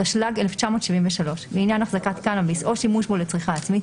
התשל"ג 1973 לעניין החזקת קנאביס או שימוש בו לצריכה עצמית,